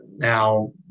Now